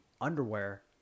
underwear